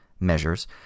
measures